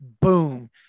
boom